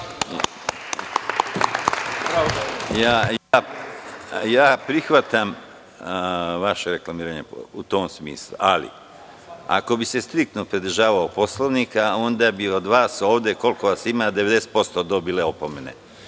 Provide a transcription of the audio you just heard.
Prihvatam vaše reklamiranje Poslovnika u tom smislu, ali ako bih se striktno pridržavao Poslovnika, onda bi od vas ovde koliko vas ima 90% dobili opomene. Ako